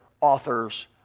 authors